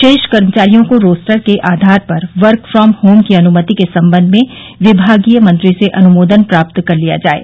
शेष कर्मचारियों को रोस्टर के आधार पर वर्क फ्राम होम की अनुमति के संबंध में विभागीय मंत्री से अनुमोदन प्राप्त कर लिया जाये